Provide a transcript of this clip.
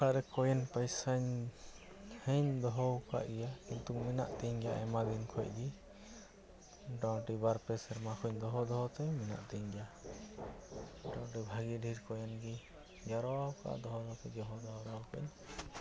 ᱤᱧᱟᱹᱜ ᱚᱲᱟᱜᱨᱮ ᱠᱚᱭᱮᱱ ᱯᱚᱭᱥᱟᱧ ᱦᱮᱧ ᱫᱚᱦᱚᱣᱠᱟᱜ ᱜᱮᱭᱟ ᱠᱤᱱᱛᱩ ᱢᱮᱱᱟᱜᱛᱤᱧ ᱜᱮᱭᱟ ᱟᱭᱢᱟᱫᱤᱱ ᱠᱷᱚᱱᱜᱮ ᱢᱳᱴᱟᱢᱩᱴᱤ ᱵᱟᱨᱼᱯᱮ ᱥᱮᱨᱢᱟ ᱠᱷᱚᱱ ᱫᱚᱦᱚ ᱫᱚᱦᱚᱛᱮ ᱢᱮᱱᱟᱜᱛᱤᱧ ᱜᱮᱭᱟ ᱢᱚᱴᱟᱢᱩᱴᱤ ᱵᱷᱟᱜᱮ ᱰᱷᱮᱨ ᱠᱚᱭᱮᱱ ᱜᱮ ᱡᱟᱨᱣᱟᱣ ᱠᱟᱜᱼᱟ ᱫᱚᱦᱚ ᱫᱚᱦᱚ ᱛᱮᱜᱮ ᱫᱚᱦᱚ ᱡᱟᱨᱣᱟᱣ ᱠᱟᱜᱼᱟᱹᱧ